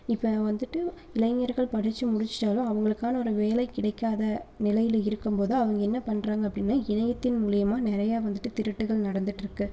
இப்போ வந்துட்டு இளைஞர்கள் படிச்சு முடிச்சிடாலும் அவங்களுக்கான ஒரு வேலை கிடைக்காத நிலையில இருக்கும்போது அவங்க என்ன பண்ணுறாங்க அப்படினா இணையத்தின் மூலயமா நிறையா வந்துட்டு திருட்டுகள் நடந்துகிட்டுருக்கு